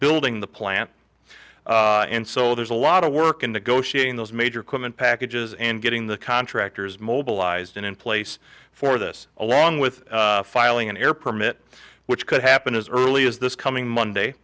building the plant and so there's a lot of work in negotiating those major command packages and getting the contractors mobilized in place for this along with filing an air permit which could happen as early as this coming